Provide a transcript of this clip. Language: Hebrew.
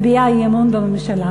סיעת מרצ מביעה אי-אמון בממשלה.